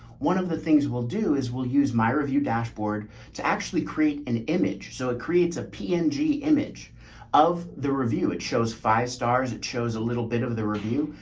one of the things we'll do is we'll use my review dashboard to actually create an image. so it creates a png image of the review. it shows five stars, it shows a little bit of the review.